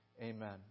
Amen